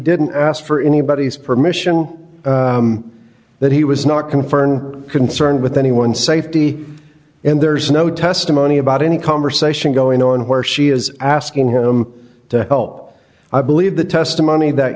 didn't ask for anybody's permission that he was not confirmed concerned with anyone safety and there's no testimony about any conversation going on where she is asking him to help i believe the testimony that